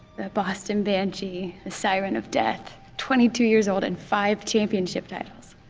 the boston banshee, the siren of death. twenty-two years old, and five championship titles.